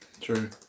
True